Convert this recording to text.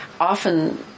Often